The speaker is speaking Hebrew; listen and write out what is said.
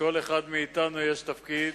לכל אחד מאתנו יש תפקיד,